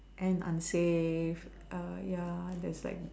and unsafe err ya thats like